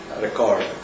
record